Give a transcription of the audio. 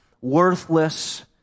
worthless